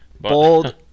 Bold